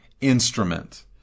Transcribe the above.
instrument